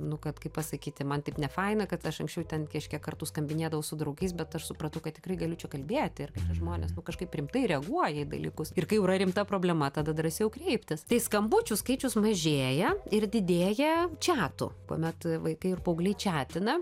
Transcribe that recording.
nu kad kaip pasakyti man taip nefaina kad aš anksčiau ten kažkiek kartų skambinėdavau su draugais bet aš supratau kad tikrai galiu čia kalbėti ir kad tie žmonės nu kažkaip rimtai reaguoja į dalykus ir kai jau yra rimta problema tada drąsiau kreiptis tai skambučių skaičius mažėja ir didėja čiatų kuomet vaikai ir paaugliai čiatina